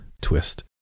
twist